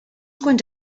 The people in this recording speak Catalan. quants